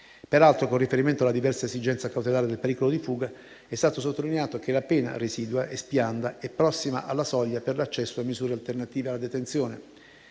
Peraltro, con riferimento alla diversa esigenza cautelare del pericolo di fuga, è stato sottolineato che la pena residua espianda è prossima alla soglia per l'accesso a misure alternative alla detenzione,